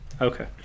okay